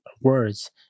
words